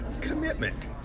commitment